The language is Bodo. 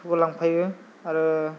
बेखौबो लांफायो आरो